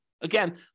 Again